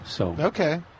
Okay